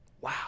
Wow